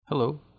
Hello